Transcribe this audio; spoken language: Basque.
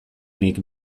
nik